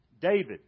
David